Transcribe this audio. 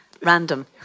random